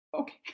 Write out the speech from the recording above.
okay